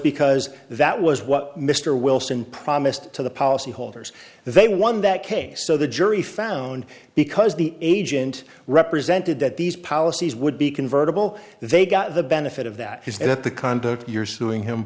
because that was what mr wilson promised to the policyholders they won that case so the jury found because the agent represented that these policies would be convertible they got the benefit of that is that the conduct you're suing him